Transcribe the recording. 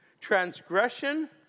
transgression